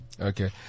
Okay